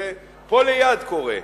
זה פה ליד קורה.